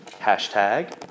Hashtag